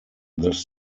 this